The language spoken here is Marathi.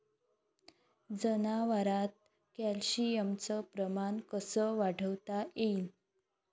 जनावरात कॅल्शियमचं प्रमान कस वाढवता येईन?